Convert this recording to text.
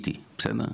בדיוק.